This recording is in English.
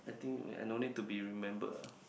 I think I don't need to be remembered ah